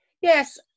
Yes